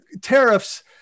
tariffs